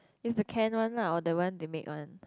is the can one lah or that one they made one